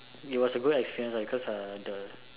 it was a good experience because of the